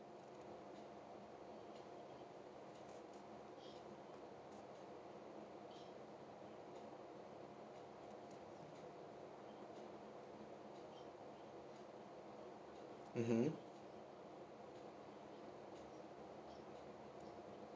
mmhmm